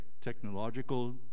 technological